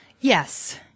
Yes